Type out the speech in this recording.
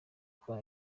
kwa